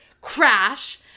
crash